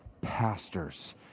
pastors